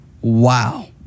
Wow